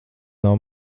nav